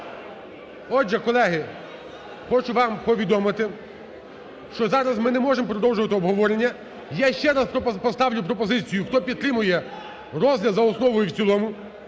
Отже, колеги, хочу вам повідомити, що зараз ми не можемо продовжувати обговорення. Я ще раз поставлю пропозицію. Хто підтримує розгляд за основу і в цілому,